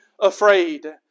afraid